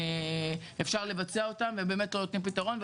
אפשר לבצע אותם ובאמת לא נותנים פתרון,